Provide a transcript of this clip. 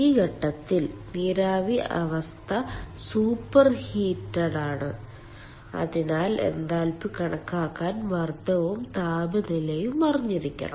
ഈ ഘട്ടത്തിൽ നീരാവി അവസ്ഥ സൂപ്പർഹീറ്റാണ് അതിനാൽ എൻതാൽപ്പി കണക്കാക്കാൻ മർദ്ദവും താപനിലയും അറിഞ്ഞിരിക്കണം